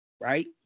Right